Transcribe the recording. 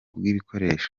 bw’ibikoresho